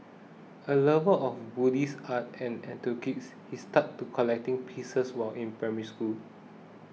a lover of Buddhist art and antiquities he started collecting pieces while in Primary School